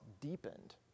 deepened